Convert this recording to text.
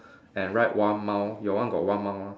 and write one mile your one got one mile ah